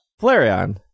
Flareon